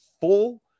full